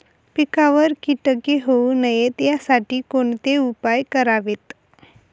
पिकावर किटके होऊ नयेत यासाठी कोणते उपाय करावेत?